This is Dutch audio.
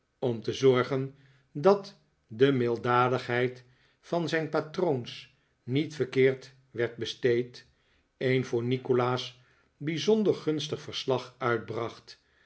om te zorgen dat de milddadigheid van zijn patroons niet verkeerd werd besteed een voor nikolaas bijzonder gunstig verslag uitbracht